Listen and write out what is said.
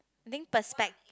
I think perspect~